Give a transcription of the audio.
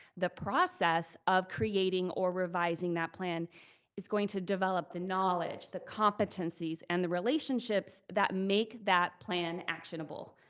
the process of creating or revising that plan is going to develop the knowledge, the competencies and the relationships that make that plan actionable.